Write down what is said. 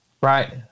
right